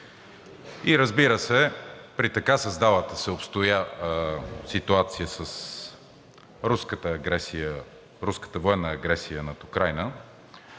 И разбира се, при така създалата се ситуация с руската военна агресия над Украйна,